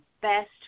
best